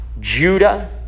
Judah